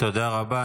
תודה רבה.